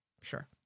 Sure